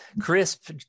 crisp